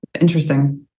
interesting